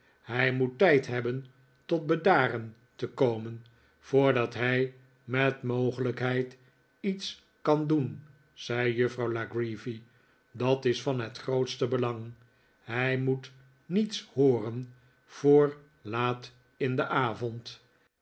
hij moet tijd hebben tot bedaren te komen voordat hij met mogelijkheid iets kan doen zei juffrouw la creevy dat is van het grootste belang hij moet niets hooren voor laat in den avond